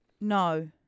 No